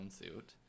suit